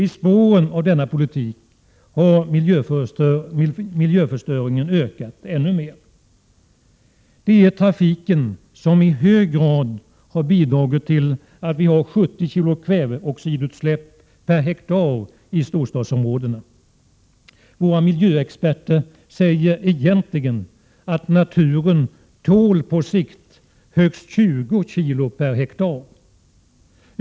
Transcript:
I spåren av denna politik har miljöförstöringen ökat ännu mer. Det är trafiken som i hög grad har bidragit till att vi har 70 kg kväveoxidutsläpp per hektar i storstadsområdena. Våra miljöexperter säger egentligen att naturen tål på sikt högst 20 kg per hektar.